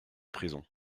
prisons